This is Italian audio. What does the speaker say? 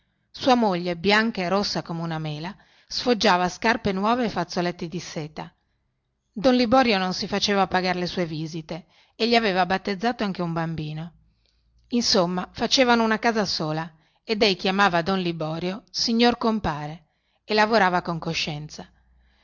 sua moglie bianca e rossa come una mela sfoggiava scarpe nuove e fazzoletti di seta don liborio non si faceva pagar le sue visite e gli aveva battezzato anche un bambino insomma facevano una casa sola ed ei chiamava don liborio signor compare e lavorava con coscienza